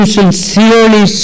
sincerely